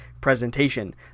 presentation